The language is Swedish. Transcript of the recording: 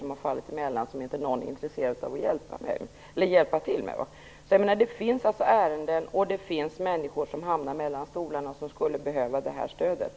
Det har fallit emellan, och det är ingen som är intresserad av att hjälpa till med det. Det finns ärenden och människor som hamnar mellan stolarna. De skulle behöva det här stödet.